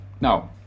Now